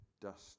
Dust